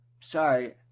Sorry